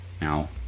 now